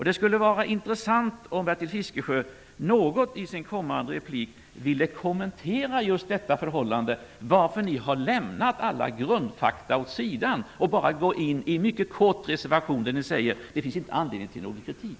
Det skulle vara intressant om Bertil Fiskesjö i sin kommande replik något ville kommentera just förhållandet att ni har lämnat alla grundfakta åt sidan och bara avgett en mycket kort reservation, i vilken ni säger att det inte finns anledning till kritik.